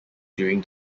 during